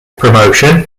promotion